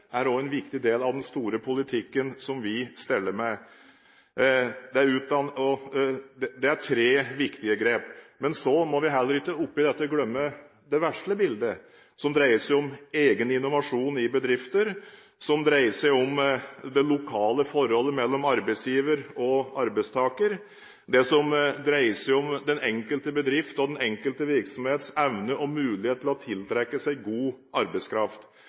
viktig del av den store politikken vi steller med. Dette er tre viktige grep. Så må vi heller ikke opp i dette glemme det lille bildet, som dreier seg om egen innovasjon i bedrifter, det lokale forholdet mellom arbeidsgiver og arbeidstaker og om den enkelte bedrift og den enkelte virksomhets evne og mulighet til å tiltrekke seg god arbeidskraft.